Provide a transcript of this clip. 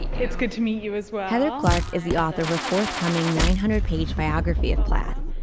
it's good to meet you as well. heather clark is the author of a forthcoming nine hundred page biography of plath.